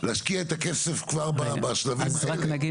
להשקיע את הכסף כבר בשלבים האלה.